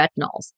retinols